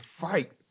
fight